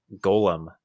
Golem